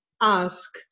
ask